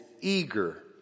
eager